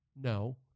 No